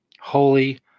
Holy